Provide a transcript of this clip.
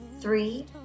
three